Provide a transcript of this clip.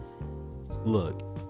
look